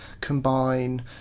combine